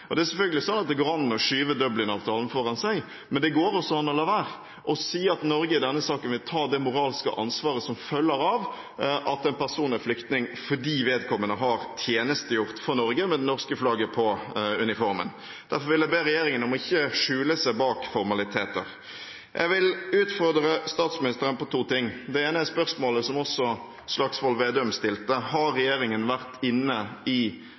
Det går selvfølgelig an å skyve Dublin-avtalen foran seg, men det går også an å la være – og si at Norge i denne saken vil ta det moralske ansvaret som følger av at en person er flyktning fordi vedkommende har tjenestegjort for Norge med det norske flagget på uniformen. Derfor vil jeg be regjeringen om ikke å skjule seg bak formaliteter. Jeg vil utfordre statsministeren på to ting. Det ene er spørsmålet som også Slagsvold Vedum stilte: Har regjeringen vært inne i